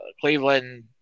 Cleveland